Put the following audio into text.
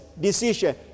decision